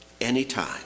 anytime